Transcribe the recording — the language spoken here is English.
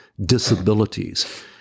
disabilities